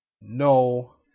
No